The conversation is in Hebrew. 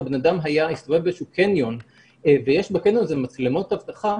הבן אדם הסתובב באיזשהו קניון ויש בקניון הזה מצלמות אבטחה,